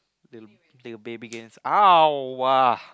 they'll they'll baby games !ow! uh